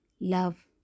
Love